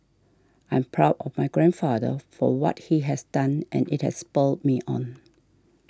I am proud of my grandfather for what he has done and it has spurred me on